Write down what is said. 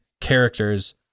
characters